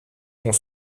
vont